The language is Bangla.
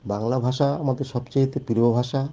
বাংলা ভাষা আমাদের সব চাইতে প্রিয় ভাষা